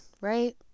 right